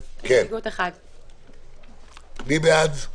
1. מי בעד ההסתייגות?